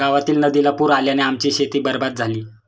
गावातील नदीला पूर आल्याने आमची शेती बरबाद झाली